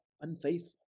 unfaithful